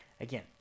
Again